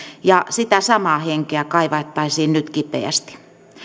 ja sitä samaa henkeä kaivattaisiin nyt kipeästi